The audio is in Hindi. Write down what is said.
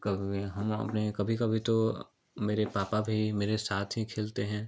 कभी हम अपने कभी कभी तो मेरे पापा भी मेरे साथ ही खेलते हैं